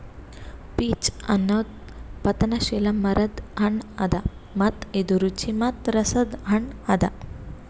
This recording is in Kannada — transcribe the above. ಪೀಚ್ ಅನದ್ ಪತನಶೀಲ ಮರದ್ ಹಣ್ಣ ಅದಾ ಮತ್ತ ಇದು ರುಚಿ ಮತ್ತ ರಸದ್ ಹಣ್ಣ ಅದಾ